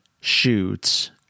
shoots